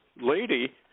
lady